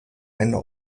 eine